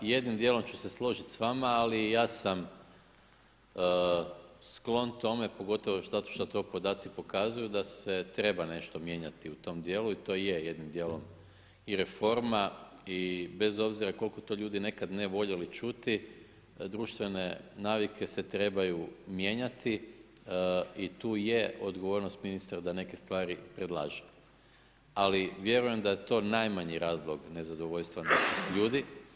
Pa jednim dijelom ću se složiti s vama, ali ja sam sklon tome pogotovo zato što to podaci pokazuju da se treba nešto mijenjati u tom dijelu i to je jednim dijelom i reforma i bez obzira koliko to ljudi nekad ne voljeli čuti društvene navike se trebaju mijenjati i tu je odgovornost ministra da neke stvari predlaže, ali vjerujem da je to najmanji razlog nezadovoljstva naših ljudi.